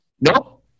Nope